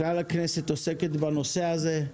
כלל הכנסת עוסקת בנושא הזה,